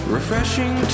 Refreshing